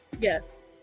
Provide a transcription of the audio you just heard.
yes